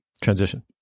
transition